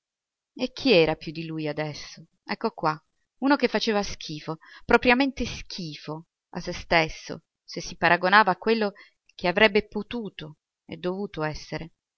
e chi era più lui adesso ecco qua uno che faceva schifo propriamente schifo a se stesso se si paragonava a quello che avrebbe potuto e dovuto essere